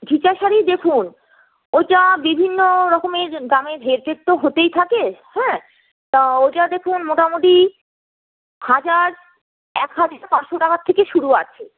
ঘিচা শাড়ি দেখুন ওইটা বিভিন্ন রকমের দামের হেরফের তো হতেই থাকে হ্যাঁ তা ওইটা দেখুন মোটামুটি হাজার এক হাজার পাঁচশো টাকার থেকে শুরু আছে